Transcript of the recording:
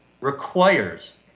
requires